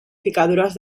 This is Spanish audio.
picaduras